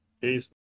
Peace